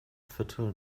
viertel